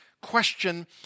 question